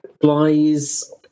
flies